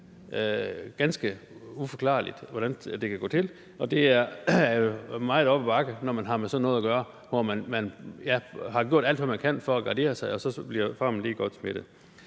Det er ganske uforklarligt, hvordan det kan gå til, og det er jo meget op ad bakke, når man har med sådan noget at gøre, hvor man har gjort alt, hvad man kan, for at gardere sig, og så bliver farmen ligegodt smittet.